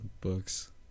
books